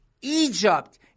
Egypt